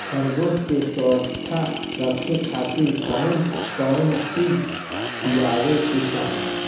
खरगोश के स्वस्थ रखे खातिर कउन कउन चिज खिआवे के चाही?